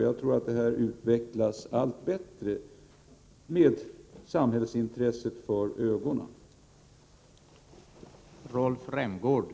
Jag tror att denna strävan, där man har samhällsintresset för ögonen, utvecklas allt bättre.